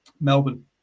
Melbourne